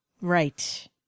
Right